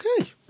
Okay